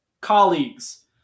colleagues